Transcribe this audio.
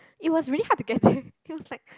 it was really hard to get there it was like